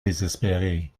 désespéré